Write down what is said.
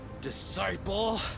Disciple